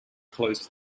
closed